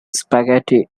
spaghetti